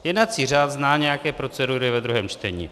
Jednací řád zná nějaké procedury ve druhém čtení.